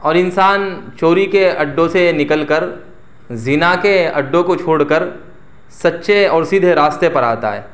اور انسان چوری کے اڈوں سے نکل کر زنا کے اڈوں کو چھوڑ کر سچے اور سیدھے راستے پر آتا ہے